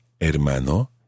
hermano